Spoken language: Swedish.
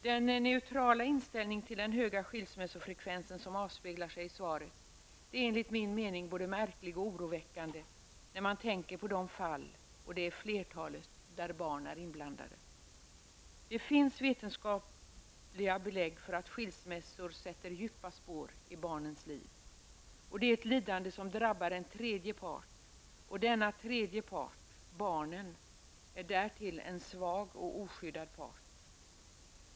Den neutrala inställning till den höga skilsmässofrekvensen som avspeglar sig i svaret är enligt min mening både märklig och oroväckande när man tänker på de fall -- och det är flertalet -- där barn är inblandade. Det finns vetenskapliga belägg för att skilsmässor sätter djupa spår i barnens liv. Det är ett lidande som drabbar en tredje part, och denna tredje part -- barnen -- är därtill en svag och oskyddad part.